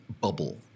bubble